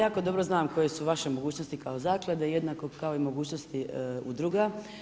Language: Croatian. Ja jako dobro znam koje su vaše mogućnosti kao Zaklade, jednako kao i mogućnosti udruga.